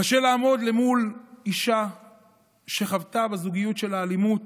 קשה לעמוד מול אישה שחוותה בזוגיות שלה אלימות,